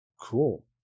Cool